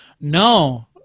No